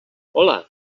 hola